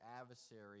adversary